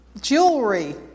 Jewelry